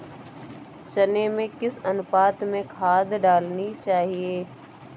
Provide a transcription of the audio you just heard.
चने में किस अनुपात में खाद डालनी चाहिए?